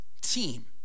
team